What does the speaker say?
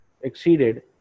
exceeded